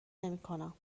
نمیکنم